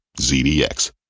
ZDX